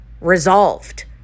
resolved